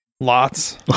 Lots